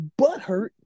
butthurt